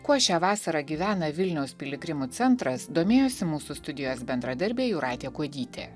kuo šią vasarą gyvena vilniaus piligrimų centras domėjosi mūsų studijos bendradarbė jūratė kuodytė